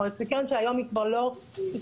זו קרן שהיום היא כבר לא גובה.